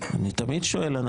אני תמיד שואל.